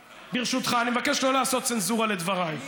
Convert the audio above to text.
ברשותך, אני מבקש שלא לעשות צנזורה לדבריי.